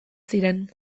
ziren